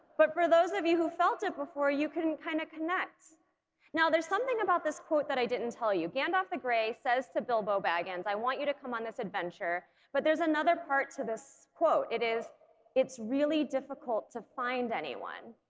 but for those of you who felt it before you can kind of connect now there's something about this quote that i didn't tell you gandalf the grey says to bilbo baggins i want you to come on this adventure but there's another part to this quote it is it's really difficult to find anyone.